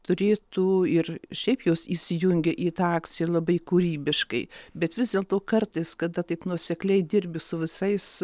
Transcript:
turėtų ir šiaip jos įsijungia į tą akciją labai kūrybiškai bet vis dėlto kartais kada taip nuosekliai dirbi su visais